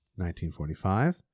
1945